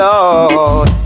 Lord